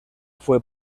fue